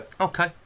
Okay